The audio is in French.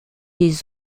des